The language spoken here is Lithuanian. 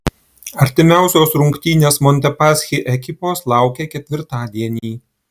artimiausios rungtynės montepaschi ekipos laukia ketvirtadienį